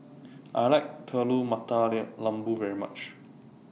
I like Telur Mata Lembu very much